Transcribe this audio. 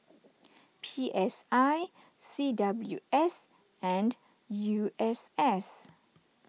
P S I C W S and U S S